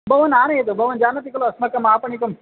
भवानानयतु भवान् जानाति खलु अस्माकम् आपणम्